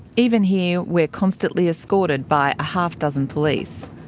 even here we are constantly escorted by a half-dozen police.